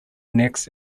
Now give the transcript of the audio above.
next